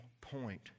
point